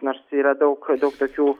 nors yra daug daug tokių